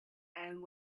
and